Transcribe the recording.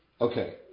Okay